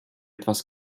etwas